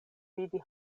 vidi